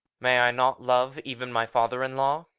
may i not love even my father-in-law?